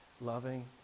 loving